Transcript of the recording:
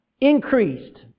increased